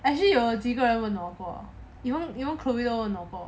actually 有几个人问我过 even even chloe 都问我过